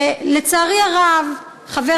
לצערי הרב, חבר